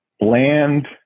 land